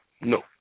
No